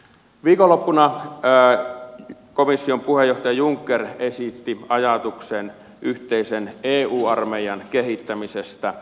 viikonloppuna komission puheenjohtaja juncker esitti ajatuksen yhteisen eu armeijan kehittämisestä